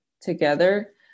together